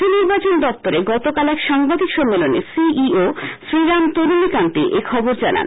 রাজ্য নির্বাচন দপ্তরে গতকাল এক সাংবাদিক সম্মেলনে C E O Sriram Taranikanti এখবর জানান